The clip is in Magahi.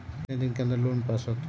कितना दिन के अन्दर में लोन पास होत?